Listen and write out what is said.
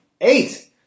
eight